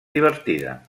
divertida